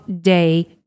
day